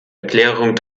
erklärung